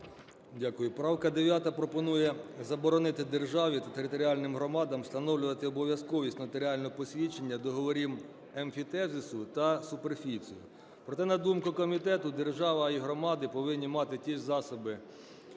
Дякую. Правка 9 пропонує заборонити державі та територіальним громадам встановлювати обов'язковість нотаріального посвідчення договорів емфітевзису та суперфіцій. Проте, на думку комітету, держава і громади повинні мати ті ж засоби